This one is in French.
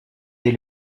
des